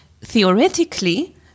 theoretically